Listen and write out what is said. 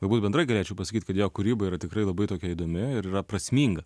galbūt bendrai galėčiau pasakyt kad jo kūryba yra tikrai labai tokia įdomi ir yra prasminga